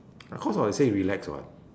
because I say relax [what]